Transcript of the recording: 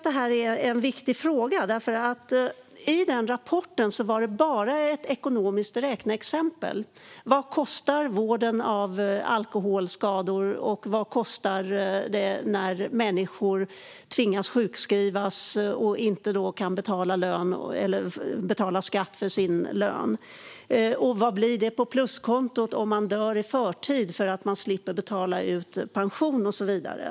Denna rapport innehåller bara ekonomiska räkneexempel på vad vården av alkoholskador kostar, vad det kostar när människor tvingas sjukskriva sig och inte kan betala skatt på sin lön, vad det blir på pluskontot om man dör i förtid för att staten slipper betala ut pension och så vidare.